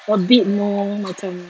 a bit more macam